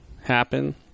happen